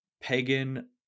pagan